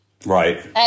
Right